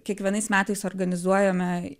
kiekvienais metais organizuojame